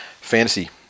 Fantasy